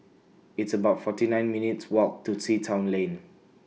It's about forty nine minutes' Walk to Sea Town Lane